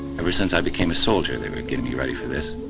ever since i became a soldier they were getting me ready for this.